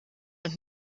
und